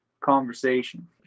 conversation